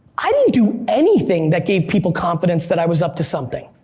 i didn't do anything that gave people confidence that i was up to something.